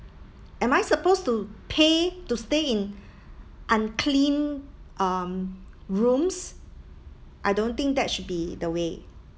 am I supposed to pay to stay in uncleaned um rooms I don't think that should be the way